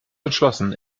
entschlossen